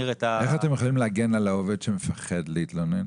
איך אתם מגנים על העובד שמפחד להתלונן?